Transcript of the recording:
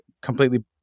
completely